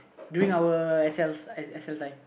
doing our excel excel